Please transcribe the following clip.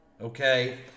okay